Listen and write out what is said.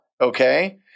okay